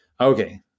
Okay